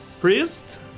priest